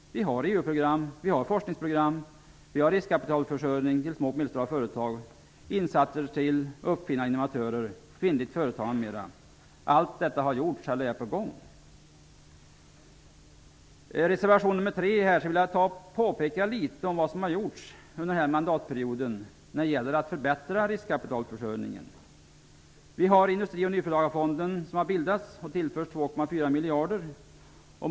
Vi har EU-program, forskningsprogram, riskkapitalförsörjning för små och medelstora företag, insatser för uppfinnare och innovatörer, kvinnligt företagande m.m. Allt detta har gjorts eller är på gång. När det gäller reservation nr 3 vill jag påpeka litet av det som har gjorts under den här mandatperioden för att förbättra riskkapitalförsörjningen. Industri och nyföretagarfonden har bildats och tillförts 2,4 miljarder.